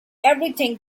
everything